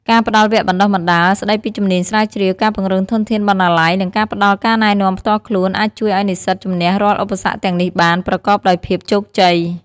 ការផ្តល់វគ្គបណ្តុះបណ្តាលស្តីពីជំនាញស្រាវជ្រាវ ការពង្រឹងធនធានបណ្ណាល័យ និងការផ្តល់ការណែនាំផ្ទាល់ខ្លួន អាចជួយឱ្យនិស្សិតជំនះរាល់ឧបសគ្គទាំងនេះបាន ប្រកបដោយភាពជោគជ័យ។